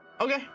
Okay